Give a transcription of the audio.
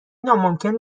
ناممکن